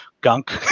gunk